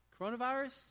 Coronavirus